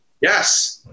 Yes